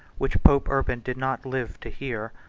which pope urban did not live to hear,